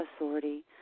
authority